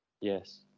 Yes